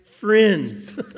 friends